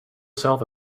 self